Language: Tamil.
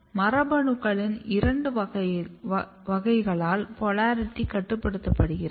மரபணுக்களின் இரண்டு வகைகளால் போலாரிட்டி கட்டுப்படுத்தப்படுகிறது